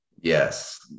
Yes